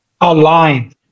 aligned